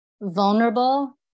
vulnerable